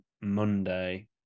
Monday